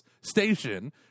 Station